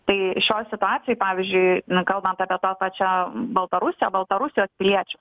tai šioj situacijoj pavyzdžiui na kalbant apie tą pačią baltarusiją baltarusijos piliečius